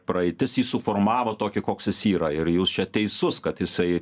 praeitis jį suformavo tokį koks jis yra ir jūs čia teisus kad jisai